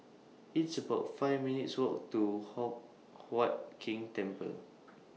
It's about five minutes' Walk to Hock Huat Keng Temple